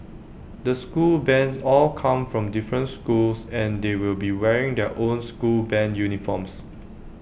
the school bands all come from different schools and they will be wearing their own school Band uniforms